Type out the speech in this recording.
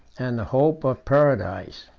and the hope of paradise.